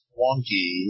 wonky